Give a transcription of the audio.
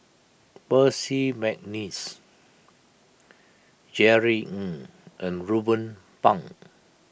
Percy McNeice Jerry Ng and Ruben Pang